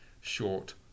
short